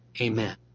Amen